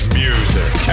music